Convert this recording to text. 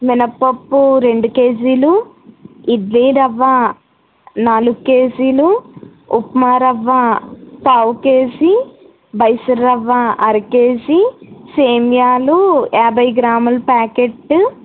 మినపప్పు రెండు కేజీలు ఇడ్లీ రవ్వ నాలుగు కేజీలు ఉప్మా రవ్వ పావు కేజీ బైసుర్ రవ్వ అర కేజీ సేమ్యాలు యాభై గ్రాముల ప్యాకెట్